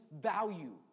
value